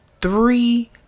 Three